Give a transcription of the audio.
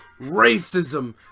racism